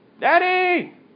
Daddy